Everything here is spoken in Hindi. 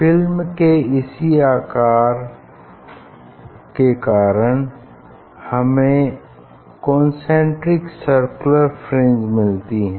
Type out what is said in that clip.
फिल्म के इसी आकार के कारण हमें कन्सेन्ट्रिक सर्कुलर फ्रिंज मिलती है